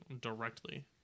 directly